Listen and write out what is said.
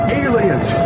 aliens